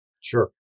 Sure